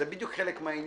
זה בדיוק חלק מהעניין.